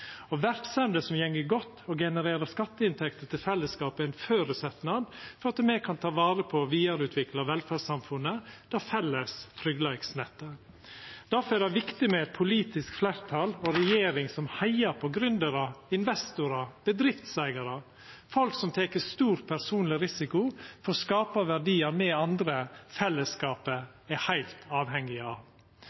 Verksemder som går godt og genererer skatteinntekter til fellesskapet, er ein føresetnad for at me kan ta vare på og vidareutvikla velferdssamfunnet, det felles tryggleiksnettet. Difor er det viktig med eit politisk fleirtal og ei regjering som heiar på gründerar, investorar, bedriftseigarar og folk som tek stor personleg risiko for å skapa verdiar me andre, fellesskapet, er heilt avhengige av.